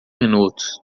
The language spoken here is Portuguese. minutos